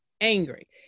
angry